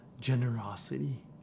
generosity